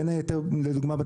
לדוגמה,